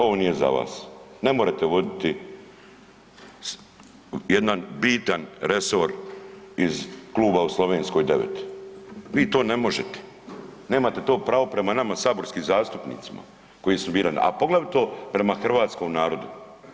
Ovo nije za vas, ne morete voditi jedan bitan resor iz kluba u Slovenskoj 9, vi to ne možete, nemate to pravo prema nama saborskim zastupnicima koji su birani, a poglavito prema hrvatskom narodu.